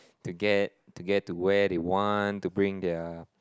to get to get to where they want to bring their